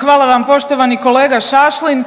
Hvala vam poštovani kolega Šašlin.